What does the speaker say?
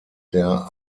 der